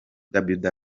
www